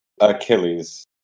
Achilles